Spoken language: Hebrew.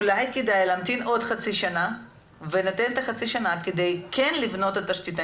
אולי כדאי להמתין עוד חצי שנה ולתת את החצי שנה כדי לבנות את התשתית.